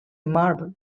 marble